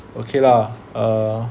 okay lah err